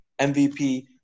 MVP